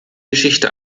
geschichte